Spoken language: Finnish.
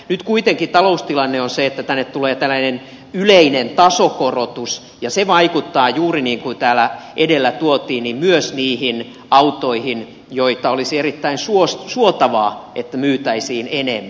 nyt kuitenkin taloustilanne on se että tänne tulee tällainen yleinen tasokorotus ja se vaikuttaa juuri niin kuin täällä edellä tuotiin esille myös niihin autoihin joita olisi erittäin suotavaa myytävän enempi